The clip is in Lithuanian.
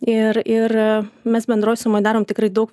ir ir mes bendroj sumoj darom tikrai daug